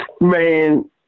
man –